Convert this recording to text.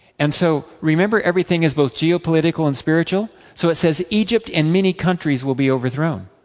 and so, remember everything is both geo-political and spiritual? so it says, egypt and many countries will be overthrown.